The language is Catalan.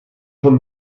són